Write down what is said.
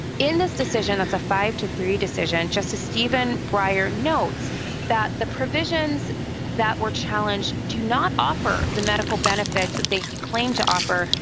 in this decision, it's a five to three decision, justice stephen breyer notes that the provisions that were challenged do not offer the medical benefits that they claimed to offer,